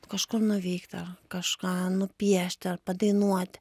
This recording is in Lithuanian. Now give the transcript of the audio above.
kažkur nuvykti ar kažką nupiešti ar padainuoti